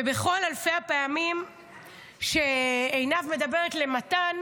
ובכל אלפי הפעמים שעינב מדברת אל מתן